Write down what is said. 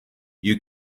you